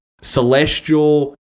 celestial